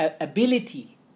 ability